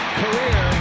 career